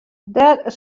dêr